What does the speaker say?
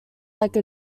like